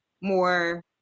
more